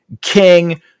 king